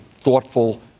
thoughtful